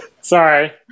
Sorry